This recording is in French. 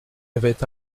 avait